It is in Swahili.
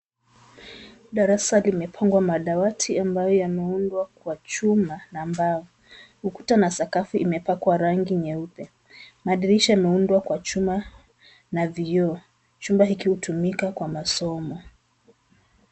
Darasa limepangwa madawati ambayo yameundwa kwa chuma na mbao. Ukuta na sakafu imepakwa rangi ya nyeupe. Madirisha yameundwa kwa chuma na vioo. Chumba hiki hutumika kwa masomo.